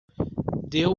deu